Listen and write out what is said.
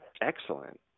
Excellent